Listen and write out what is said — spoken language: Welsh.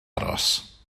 aros